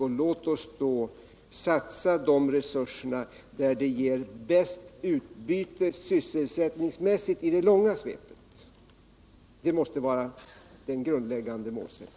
Och låt oss då satsa de resurserna där de ger bäst utbyte sysselsättningsmässigt i det långa svepet — det måste vara den grundläggande målsättningen!